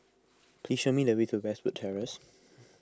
please show me the way to Westwood Terrace